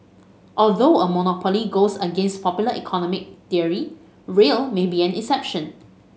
although a monopoly goes against popular economic theory rail may be an exception